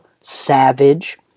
Savage